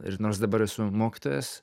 ir nors dabar esu mokytojas